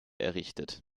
errichtet